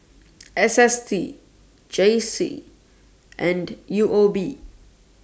S S T J C and U O B